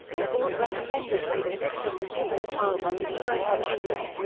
the board recommended that the system was given a trial by the us navy.